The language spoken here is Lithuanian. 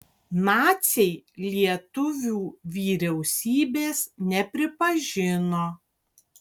naciai lietuvių vyriausybės nepripažino